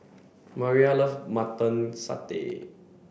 Mariyah love mutton Satay